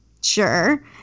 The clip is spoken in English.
Sure